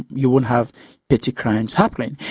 you won't have petty crimes happening.